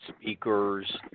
speakers